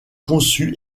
conçu